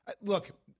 Look